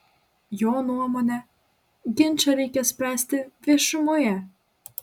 jo nuomone ginčą reikia spręsti viešumoje